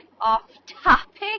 off-topic